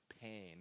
pain